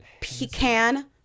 pecan